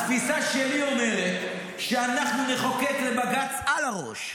--- התפיסה שלי אומרת שאנחנו נחוקק לבג"ץ על הראש.